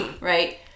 right